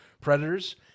predators